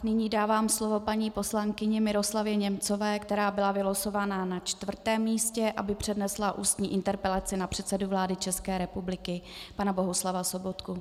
Nyní dávám slovo paní poslankyni Miroslavě Němcové, která byla vylosována na čtvrtém místě, aby přednesla ústní interpelaci na předsedu vlády České republiky pana Bohuslava Sobotku.